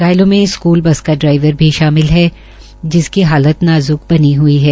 घायलों में school bus का ड्राईवर भी शामिल है जिसकी हालात नाज्क बनी हई है